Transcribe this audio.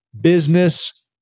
Business